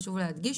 חשוב להדגיש,